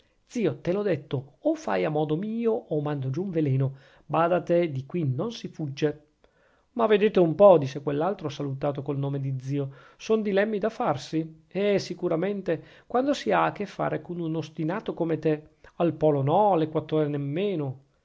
zio te l'ho detto o fai a modo mio o mando giù un veleno bada a te di qui non si sfugge ma vedete un po disse quell'altro salutato col nome di zio son dilemmi da farsi eh sicuramente quando si ha a fare con un ostinato come te al polo no all'equatore nemmeno